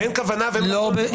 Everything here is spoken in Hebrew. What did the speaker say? ואין כוונה ואין רצון לבטל אותה.